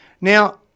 Now